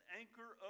anchor